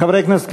חברי הכנסת,